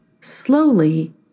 Slowly